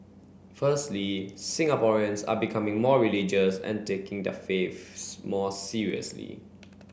firstly Singaporeans are becoming more religious and taking their faiths more seriously